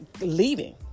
leaving